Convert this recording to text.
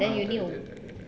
啊对对对对对